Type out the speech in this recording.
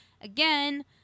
Again